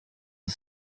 the